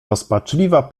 rozpaczliwa